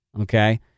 Okay